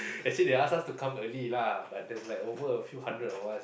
actually they asked us to come early lah but there's like over a few hundred of us